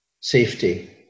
safety